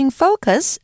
focus